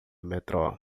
metrô